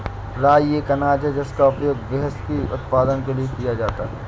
राई एक अनाज है जिसका उपयोग व्हिस्की उत्पादन के लिए किया जाता है